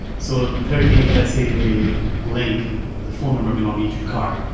so thirdly, let's say they link the phone number belonging to carl.